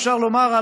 אפשר לומר,